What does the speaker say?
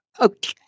Okay